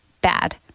bad